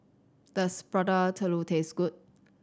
does Prata Telur taste good